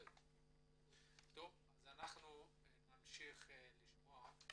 טוב, אז אנחנו נמשיך לשמוע.